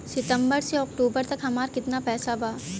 सितंबर से अक्टूबर तक हमार कितना पैसा बा?